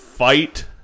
fight